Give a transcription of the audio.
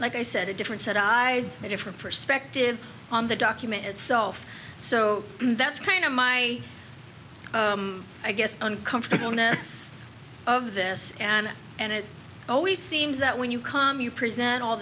like i said a different set of eyes a different perspective on the document itself so that's kind of my i guess uncomfortable ness of this and and it always seems that when you come you present all